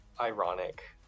ironic